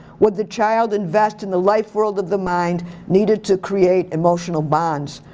would the child invest in the life world of the mind needed to create emotional bonds.